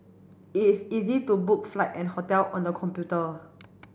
it is easy to book flight and hotel on the computer